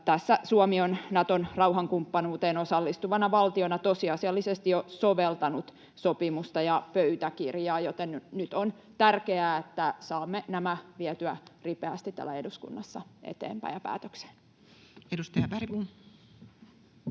tässä Suomi on Naton rauhankumppanuuteen osallistuvana valtiona tosiasiallisesti jo soveltanut sopimusta ja pöytäkirjaa, joten nyt on tärkeää, että saamme nämä vietyä ripeästi täällä eduskunnassa eteenpäin ja päätökseen. Edustaja Bergbom.